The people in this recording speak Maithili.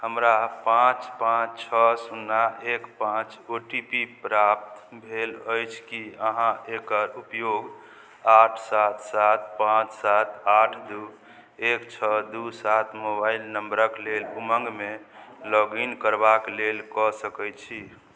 हमरा पाँच पाँच छओ सुन्ना एक पाँच ओ टी पी प्राप्त भेल अछि कि अहाँ एकर उपयोग आठ सात सात पाँच सात आठ दुइ एक छओ दुइ सात मोबाइल नम्बरके लेल उमङ्गमे लॉगिन करबाक लेल कऽ सकै छी